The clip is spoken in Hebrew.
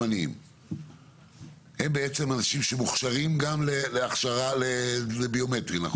הם אנשים שמוכשרים גם לביומטרי, נכון?